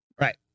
right